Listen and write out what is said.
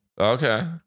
Okay